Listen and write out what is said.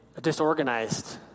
Disorganized